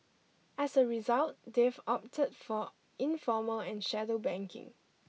as a result they've opted for informal and shadow banking